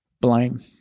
blame